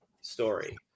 story